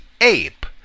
ape